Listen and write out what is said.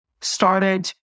started